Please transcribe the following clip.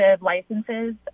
licenses